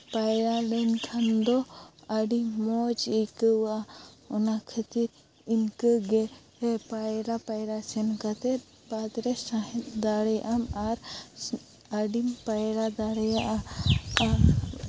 ᱯᱟᱭᱨᱟ ᱞᱮᱱᱠᱷᱟᱱ ᱫᱚ ᱟᱹᱰᱤ ᱢᱚᱡᱽ ᱟᱹᱭᱠᱟᱹᱣᱟ ᱚᱱᱟ ᱠᱷᱟᱹᱛᱤᱨ ᱤᱱᱠᱟᱹᱜᱮ ᱯᱟᱭᱨᱟ ᱯᱟᱭᱨᱟ ᱥᱮᱱ ᱠᱟᱛᱮᱫ ᱵᱟᱫ ᱨᱮ ᱥᱟᱦᱮᱸᱫ ᱫᱟᱲᱮᱭᱟᱜ ᱟᱢ ᱟᱨ ᱟᱹᱰᱤᱧ ᱯᱟᱭᱨᱟ ᱫᱟᱲᱮᱭᱟᱜᱼᱟ